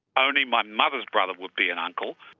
only my mother's brother would be an uncle,